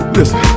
Listen